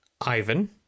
Ivan